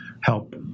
help